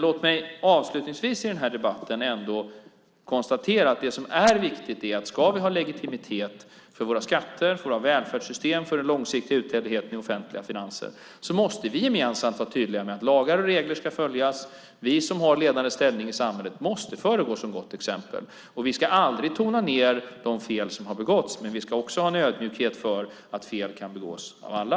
Låt mig avslutningsvis i den här debatten konstatera att det som är viktigt är att om vi ska ha legitimitet för våra skatter, för våra välfärdssystem, för den långsiktiga uthålligheten i offentliga finanser, måste vi gemensamt vara tydliga med att lagar och regler ska följas. Vi som har en ledande ställning i samhället måste föregå med gott exempel. Vi ska aldrig tona ned de fel som har begåtts, men vi ska också ha en ödmjukhet inför att fel kan begås av alla.